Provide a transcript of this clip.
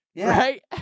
right